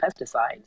pesticides